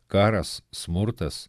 karas smurtas